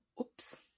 Oops